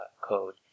code